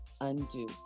undo